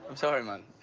um sorry man,